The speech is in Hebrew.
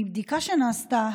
מבדיקה שנעשתה,